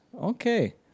Okay